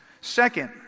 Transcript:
Second